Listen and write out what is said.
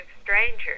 strangers